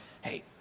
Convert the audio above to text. Hey